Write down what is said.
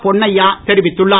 பொன்னய்யா தெரிவித்துள்ளார்